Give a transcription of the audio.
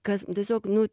kas tiesiog nu